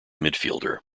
midfielder